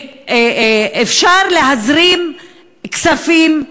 אפשר להזרים כספים,